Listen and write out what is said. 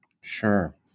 Sure